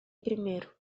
primeiro